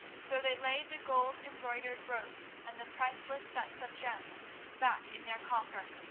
so they laid the gold-embroidered robes and the priceless sets of gems back in their coffer,